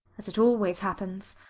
as it always happens.